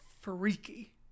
freaky